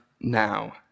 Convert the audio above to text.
Now